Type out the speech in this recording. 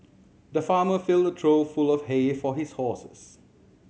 the farmer filled a trough full of hay for his horses